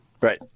Right